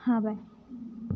हां बाय